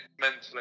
mentally